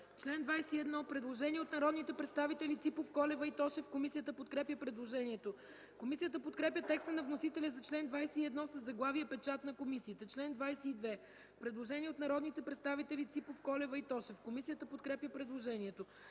чл. 17 – предложение на народните представители Ципов, Колева и Тошев. Комисията подкрепя предложението. Комисията подкрепя текста на вносителите за чл. 17 със заглавие „Несъвместимост”. По чл. 18 – предложение на народните представители Ципов, Колева и Тошев. Комисията подкрепя предложението.